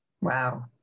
wow